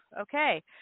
Okay